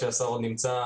כשהשר נמצא,